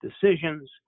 decisions